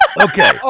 Okay